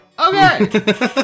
Okay